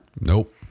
Nope